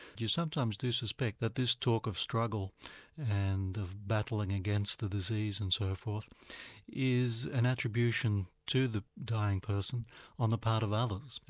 you sometimes do suspect that this talk of struggle and of battling against the disease and so forth is an attribution to the dying person on the part of others,